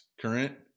current